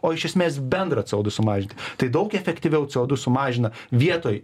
o iš esmės bendrą c o du sumažinti tai daug efektyviau c o du sumažina vietoj